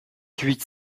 huit